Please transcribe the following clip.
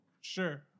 Sure